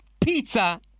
pizza